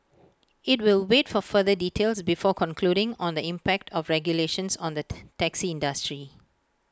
IT will wait for further details before concluding on the impact of the regulations on the taxi industry